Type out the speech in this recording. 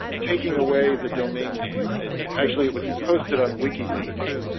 taking away the domain name and actually it was posted on wikileaks,